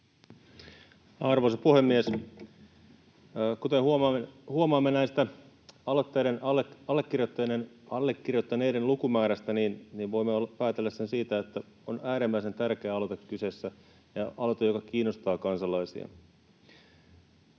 Arvoisa puhemies! Kuten huomaamme tästä aloitteen allekirjoittaneiden lukumäärästä, niin voimme päätellä siitä sen, että kyseessä on äärimmäisen tärkeä aloite ja aloite, joka kiinnostaa kansalaisia.